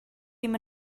ddim